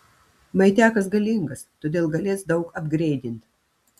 maitiakas galingas todėl galės daug apgreidint